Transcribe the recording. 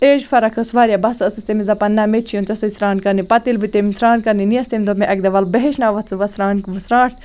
age فَرَق ٲسۍ واریاہ بہٕ ہَسا ٲسٕس تٔمِس دَپان نہَ مےٚ تہِ چھُ یُن ژےٚ سۭتۍ سران کَرنہِ پَتہِ ییٚلہِ بہٕ تٔمۍ سران کَرنہِ نِیَس تٔمۍ دوٚپ مےٚ اَکہِ دۄہ وَلہٕ بہٕ ہیٚچھناوَتھ ژٕ وۄنۍ سران سرانٛٹھ